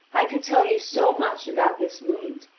i could tell you so much about this wound,